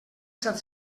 set